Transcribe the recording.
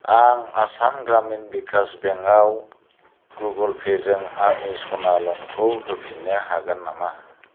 आं आसाम ग्रामिन भिकास बेंकआव गुगोल पेजों आंनि सना ल'नखौ होफिन्नो हागोन नामा